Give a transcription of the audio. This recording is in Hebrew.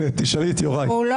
אם כבר